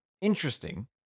interesting